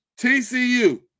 TCU